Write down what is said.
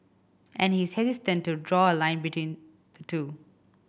and he is hesitant to draw a link between the two